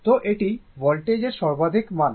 তো এটি ভোল্টেজের সর্বাধিক মান